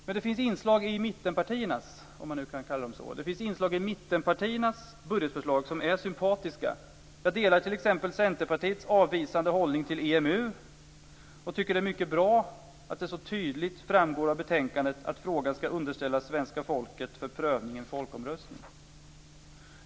Men det finns inslag i mittenpartiernas, om man nu kan kalla dem så, budgetförslag som är sympatiska. Jag delar t.ex. Centerpartiets avvisande hållning till EMU och tycker att det är mycket bra att det så tydligt framgår av betänkandet att frågan ska underställas svenska folket för prövning i en folkomröstning.